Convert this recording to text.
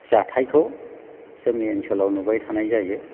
जाथायखौ जोंनि ओनसोलाव नुबाय थानाय जायो